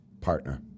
partner